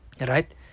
Right